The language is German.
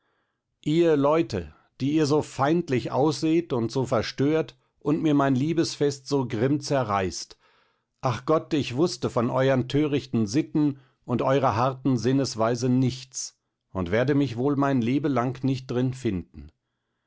ihr leute die ihr so feindlich ausseht und so verstört und mir mein liebes fest so grimm zerreißt ach gott ich wußte von euern törichten sitten und eurer harten sinnesweise nichts und werde mich wohl mein lebelang nicht drin finden